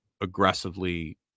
aggressively